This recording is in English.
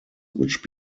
which